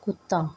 ਕੁੱਤਾ